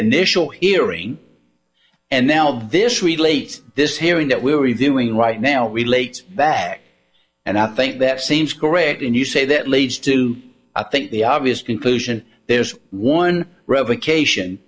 initial hearing and now this relates this hearing that we're reviewing right now relates back and i think that seems correct and you say that leads to i think the obvious conclusion there is one revocation